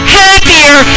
happier